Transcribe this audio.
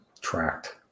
tracked